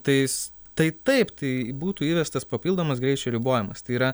tais tai taip tai būtų įvestas papildomas greičio ribojimas tai yra